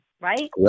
right